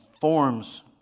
forms